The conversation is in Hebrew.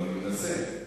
נו, אני מנסה.